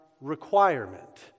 requirement